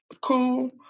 cool